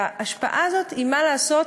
וההשפעה הזאת היא, מה לעשות?